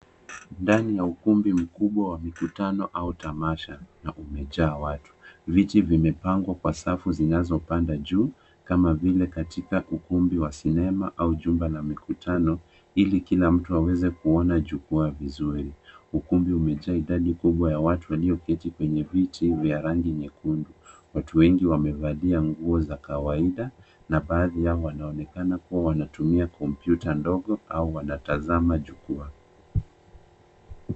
Ndani ya ukumbu mkubwa wa mikutano au tamasha na umejaa watu. Viti vimepangwa kwa safu zinazopanda juu kama vile katika ukumbi wa cinema au jumba la mikutano ili kila mtu aweze kuona jukwaa vizuri. Ukumbi umejaa idadi kubwa ya watu walioketi kwenye viti vya rangi nyekundu .Watu wengi wamevalia nguo za kawaida na baadhi yao wanaonekana kuwa wanatumia kompyuta ndogo au wanatazama jukwaa.